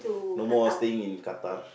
no more staying in Qatar